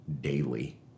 daily